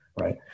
right